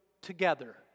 together